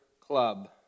Club